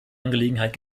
angelegenheit